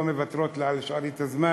לא מוותרות לי על שארית הזמן,